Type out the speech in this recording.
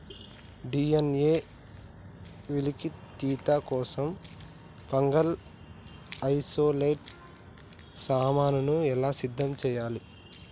DNA వెలికితీత కోసం fungal isolate నమూనాను ఎలా సిద్ధం చెయ్యాలి?